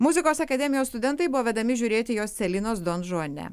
muzikos akademijos studentai buvo vedami žiūrėti jos celinos donžone